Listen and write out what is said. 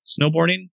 snowboarding